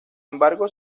embargo